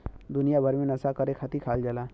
दुनिया भर मे नसा करे खातिर खायल जाला